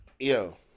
Yo